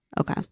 Okay